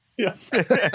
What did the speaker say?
Yes